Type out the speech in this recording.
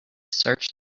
search